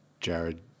Jared